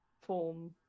form